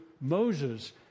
Moses